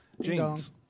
James